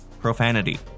profanity